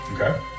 Okay